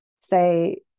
say